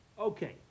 Okay